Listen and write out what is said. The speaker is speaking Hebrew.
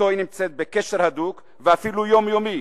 שאתו היא נמצאת בקשר הדוק ואפילו יומיומי,